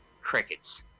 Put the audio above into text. crickets